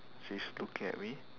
she's looking at me